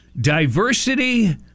Diversity